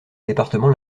département